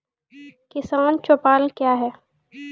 किसान चौपाल क्या हैं?